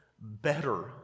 better